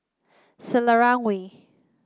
Selarang Way